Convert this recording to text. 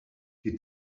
die